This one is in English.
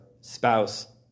spouse